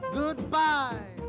goodbye